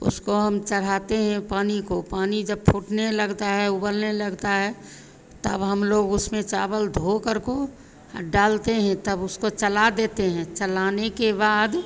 उसको हम चढ़ाते हैं पानी को पानी जब फूटने लगता है उबलने लगता है तब हमलोग उसमें चावल धोकर को डालते हैं तब उसको चला देते हैं चलाने के बाद